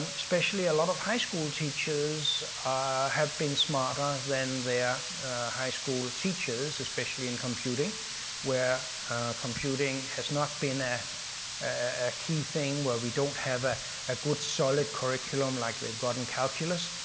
especially a lot of high school teachers have been smarter than their high school teachers, especially in computing where computing has not been. a key thing, where we don't have ah a good solid curriculum like they've got in calculus.